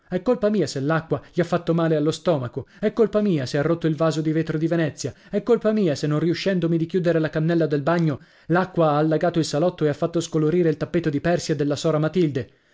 è colpa mia se l'acqua gli ha fatto male allo stomaco è colpa mia se ha rotto il vaso di vetro di venezia è colpa mia se non riuscendomi di chiudere la cannella del bagno l'acqua ha allagato il salotto e ha fatto scolorire il tappeto di persia della sora matilde